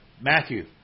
Matthew